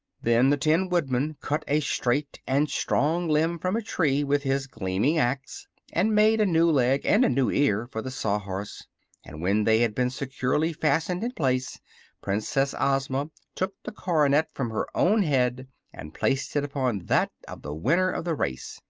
then the tin woodman cut a straight and strong limb from a tree with his gleaming axe and made a new leg and a new ear for the sawhorse and when they had been securely fastened in place princess ozma took the coronet from her own head and placed it upon that of the winner of the race.